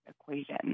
equation